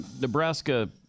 Nebraska